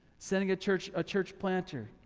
sending a church ah church planter,